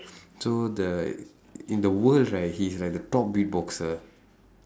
so the in the world right he is like the top beatboxer